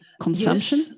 consumption